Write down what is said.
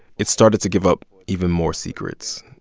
it started to give up even more secrets.